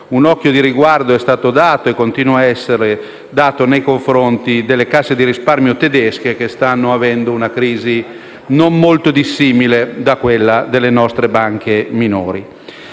un occhio di riguardo è stato rivolto e continua a essere rivolto nei confronti delle casse di risparmio tedesche, che stanno conoscendo una crisi non molto dissimile da quella delle nostre banche minori.